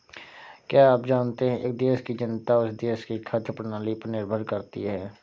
क्या आप जानते है एक देश की जनता उस देश की खाद्य प्रणाली पर निर्भर करती है?